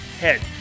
head